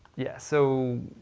yeah, so,